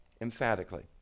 emphatically